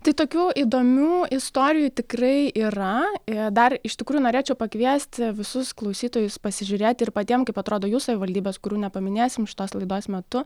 tai tokių įdomių istorijų tikrai yra dar iš tikrųjų norėčiau pakviesti visus klausytojus pasižiūrėt ir patiem kaip atrodo jų savivaldybės kurių nepaminėsim šitos laidos metu